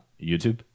YouTube